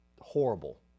horrible